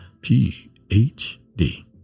PhD